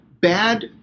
bad